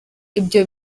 ibyo